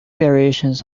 variations